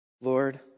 Lord